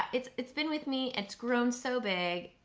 it's it's been with me, it's grown so big.